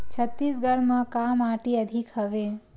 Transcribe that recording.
छत्तीसगढ़ म का माटी अधिक हवे?